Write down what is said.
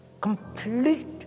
complete